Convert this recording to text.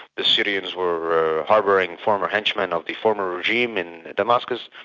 the syrians were harbouring former henchmen of the former regime, in damascus.